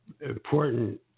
important